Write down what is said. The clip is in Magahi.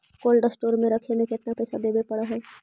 कोल्ड स्टोर में रखे में केतना पैसा देवे पड़तै है?